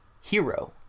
hero